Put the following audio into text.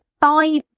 five